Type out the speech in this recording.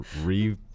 Re